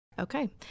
Okay